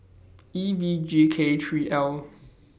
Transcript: E V G K three L